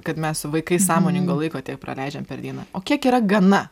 kad mes su vaikais sąmoningo laiko tiek praleidžiam per dieną o kiek yra gana